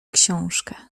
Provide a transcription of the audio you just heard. książkę